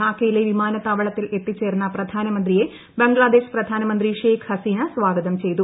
ധാക്കയിലെ വിമാനത്താവളത്തിൽ എത്തിച്ചേർന്ന പ്രധാനമന്ത്രിയെ ബംഗ്ലാദേശ് പ്രധാനമന്ത്രി ഷെയ്ഖ് ഹസീന സ്വാഗതം ചെയ്തു